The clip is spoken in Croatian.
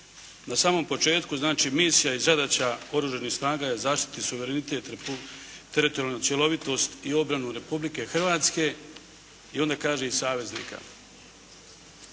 na samom početku, znači misija i zadaća oružanih snaga je zaštiti suverenitet, teritorijalnu cjelovitost i obranu Republike Hrvatske, i onda kaže i saveznika.